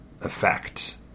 effect